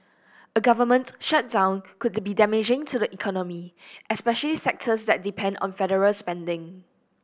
a government shutdown could be damaging to the economy especially sectors that depend on federal spending